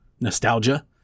nostalgia